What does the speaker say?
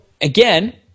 again